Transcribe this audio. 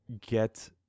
get